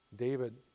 David